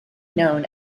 known